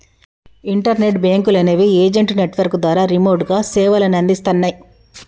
internet బ్యేంకులనేవి agent network ద్వారా రిమోట్గా సేవలనందిస్తన్నయ్